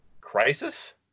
crisis